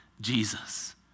Jesus